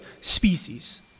species